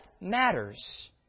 matters